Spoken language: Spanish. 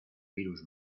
virus